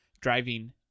driving